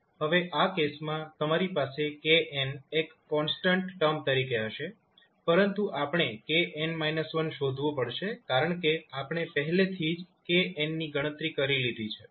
હવે આ કેસમાં તમારી પાસે kn એક કોન્સ્ટન્ટ ટર્મ તરીકે હશે પરંતુ આપણે kn 1 શોધવું પડશે કારણ કે આપણે પહેલેથી જ kn ની ગણતરી કરી લીધી છે